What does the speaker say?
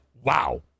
wow